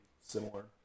similar